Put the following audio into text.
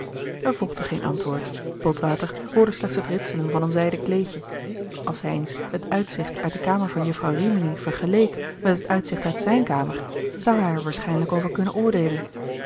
er volgde geen antwoord botwater hoorde slechts het ritselen van een zijden kleedje als hij eens het uitzicht uit de kamer van jufvrouw rimini vergeleek met het uitzicht uit zijne kamer zou hij er waarschijnlijk over kunnen oordeelen